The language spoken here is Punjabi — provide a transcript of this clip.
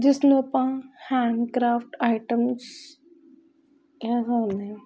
ਜਿਸ ਨੂੰ ਆਪਾਂ ਹੈਂਡਕਰਾਫਟ ਆਈਟਮਸ ਕਹਿ ਸਕਦੇ ਹਾਂ